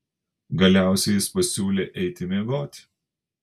galiausiai jis pasiūlė eiti miegoti